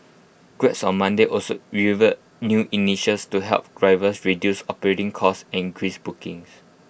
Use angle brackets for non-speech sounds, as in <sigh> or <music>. grabs on Monday also <unintelligible> new initials to help drivers reduce operating costs and increase bookings